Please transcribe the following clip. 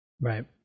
Right